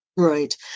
Right